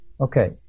Okay